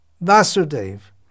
Vasudev